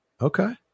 Okay